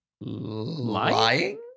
lying